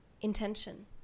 intention